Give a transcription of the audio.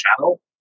channel